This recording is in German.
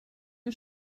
mir